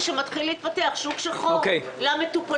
זה גורם להתפתחות של שוק שחור למטופלים.